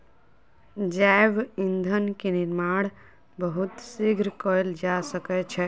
जैव ईंधन के निर्माण बहुत शीघ्र कएल जा सकै छै